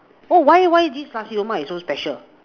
oh why why this Nasi-Lemak is so special